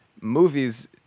movies